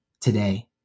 today